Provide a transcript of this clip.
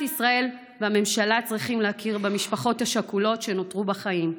ישראל והממשלה צריכים להכיר במשפחות השכולות שנותרו בחיים,